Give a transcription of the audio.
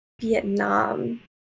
Vietnam